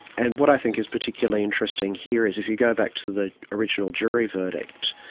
and what i think is particularly interesting here is if you go back to the original jury verdict,